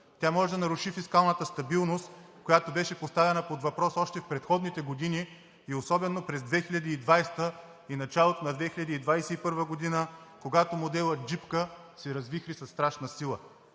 Тя може да наруши фискалната стабилност, която беше поставена под въпрос още в предходните години, особено през 2020 г. и началото на 2021 г., когато моделът джипка се развихри със страшна сила.